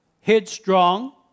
headstrong